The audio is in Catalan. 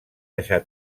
deixar